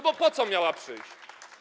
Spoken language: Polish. Bo po co miała przyjść?